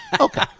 Okay